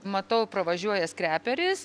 matau pravažiuoja skreperis